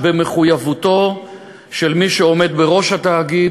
את מחויבותו של מי שעומד בראש התאגיד